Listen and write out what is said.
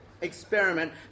experiment